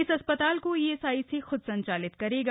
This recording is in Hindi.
इस अस्पताल को ईएसआईसी खुद संचालित करेगा